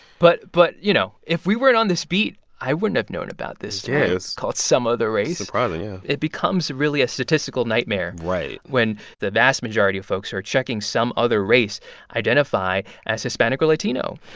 but but, you know, if we weren't on this beat, i wouldn't have known about this yes. called some other race surprising, yeah it becomes, really, a statistical nightmare. right. when the vast majority of folks who are checking some other race identify as hispanic or latino.